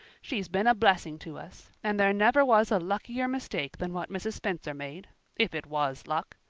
she's been a blessing to us, and there never was a luckier mistake than what mrs. spencer made if it was luck.